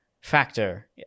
factor